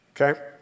okay